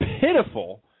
pitiful